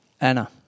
Anna